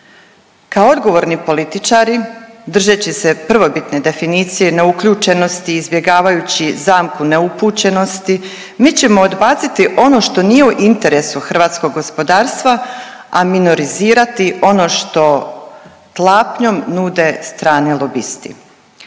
Kao odgovorni političari držeći se prvobitne definicije neuključenosti izbjegavajući zamku neupućenosti, mi ćemo odbaciti ono što nije u interesu hrvatskog gospodarstva, a minorizirati ono što tlapnjom nude strani lobisti.